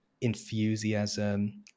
enthusiasm